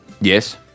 Yes